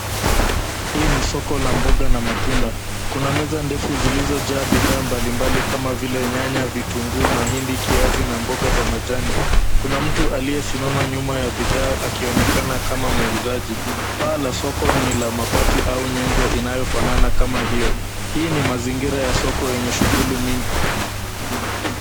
Hii ni soko la mboga na matunda. Kuna meza ndefu zilizojaa bidhaa mbalimbali kama vile nyanya, vitunguu, mahindi, kiazi na mboga za majani. Kuna mtu aliyesimama nyuma ya bidhaa akionekana kama muuzaji. Paa la soko ni la mabati au nyezo inayofanana kama hiyo. Hii ni mazingira ya soko yenye shughuli mingi.